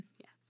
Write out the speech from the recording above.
Yes